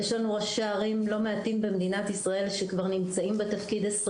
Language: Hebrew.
יש לנו לא מעט ראשי ערים בישראל שכבר נמצאים בתפקיד 20